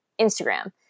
Instagram